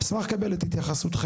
אשמח לקבל את התייחסותכם.